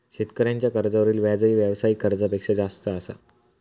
शेतकऱ्यांच्या कर्जावरील व्याजही व्यावसायिक कर्जापेक्षा जास्त असा